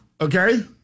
okay